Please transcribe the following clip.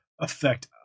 affect